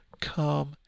come